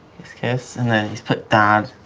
kiss, kiss, and then he's put dad.